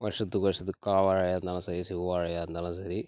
வர்ஷத்துக்கு வர்ஷத்துக்கு காவாழையாக இருந்தாலும் சரி செவ்வாழையாக இருந்தாலும் சரி